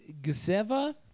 Guseva